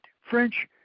French